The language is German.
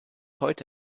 heute